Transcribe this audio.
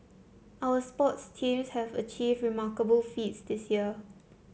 our sports teams have achieved remarkable feats this year